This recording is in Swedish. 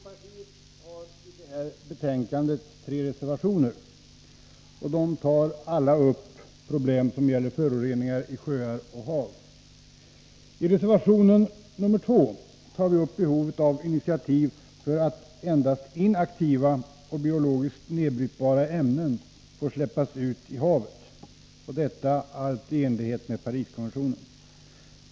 Herr talman! Folkpartiet har till detta betänkande fogat tre reservationer. De tar alla upp problem som gäller föroreningar i sjöar och hav. I reservation nr 2 tar vi upp frågan om behovet av initiativ för att endast inaktiva och biologiskt nedbrytbara ämnen får släppas ut i havet — allt i enlighet med Pariskonventionen.